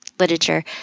literature